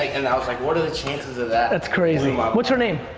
and i was like, what are the chances of that? that's crazy. what's her name?